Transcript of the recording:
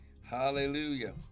Hallelujah